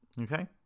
okay